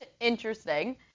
Interesting